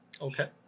Okay